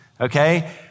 Okay